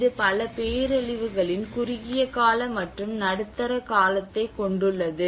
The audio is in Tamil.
இது பல பேரழிவுகளின் குறுகிய கால மற்றும் நடுத்தர காலத்தைக் கொண்டுள்ளது